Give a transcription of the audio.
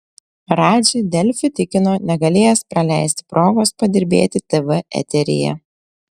radži delfi tikino negalėjęs praleisti progos padirbėti tv eteryje